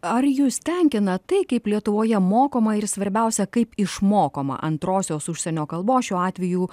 ar jus tenkina tai kaip lietuvoje mokoma ir svarbiausia kaip išmokoma antrosios užsienio kalbos šiuo atveju